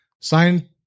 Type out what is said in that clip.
Sign